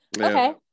Okay